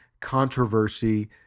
controversy